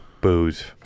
booze